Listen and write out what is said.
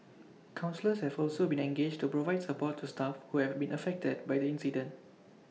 counsellors have also been engaged to provide support to staff who have been affected by the incident